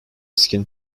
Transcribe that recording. skin